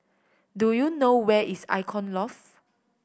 do you know where is Icon Loft